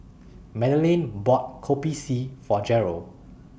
Madeleine bought Kopi C For Jeryl